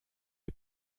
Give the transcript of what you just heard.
est